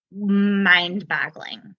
mind-boggling